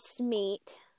meet